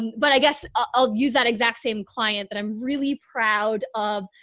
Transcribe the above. but i guess i'll use that exact same client that i'm really proud of.